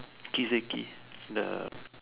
Kiseki the